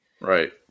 Right